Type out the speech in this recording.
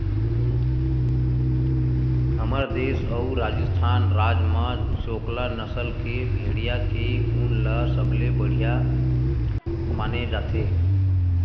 हमर देस अउ राजिस्थान राज म चोकला नसल के भेड़िया के ऊन ल सबले बड़िया माने जाथे